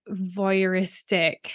voyeuristic